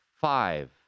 five